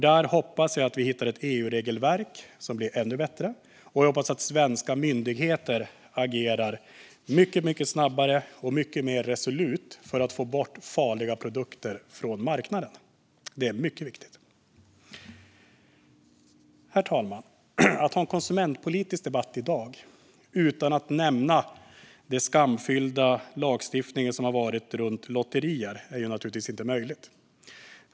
Jag hoppas att vi hittar ett ännu bättre EU-regelverk och att svenska myndigheter agerar mycket snabbare och mer resolut för att få bort farliga produkter från marknaden. Detta är mycket viktigt. Herr talman! Att i dag ha en konsumentpolitisk debatt utan att nämna den skamfyllda lagstiftning som har funnits runt lotterier är naturligtvis inte möjligt.